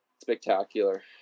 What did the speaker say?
spectacular